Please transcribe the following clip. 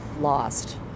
lost